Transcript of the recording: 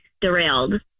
derailed